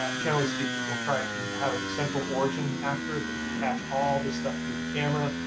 ah generally speaking, will try to have a central origin actor that we attach all this stuff to the camera,